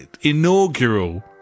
inaugural